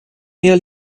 mehr